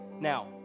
Now